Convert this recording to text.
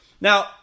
Now